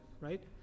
Right